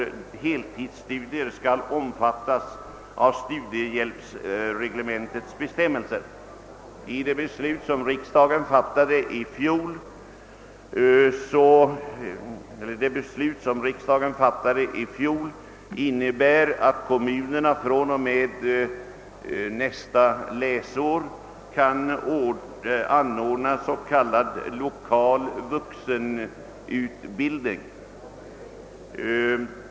Det beslut som riksdagen fattade i fjol innebär, att kommunerna fr.o.m. nästa läsår kan anordna s.k. lokal vuxenutbildning.